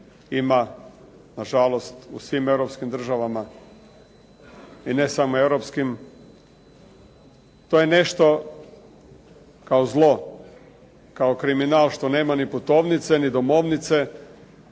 ima na žalost u svim Europskim državama i ne samo Europskim. To je nešto kao zlo, kao kriminal što nema putovnice, ni domovnice,